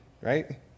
right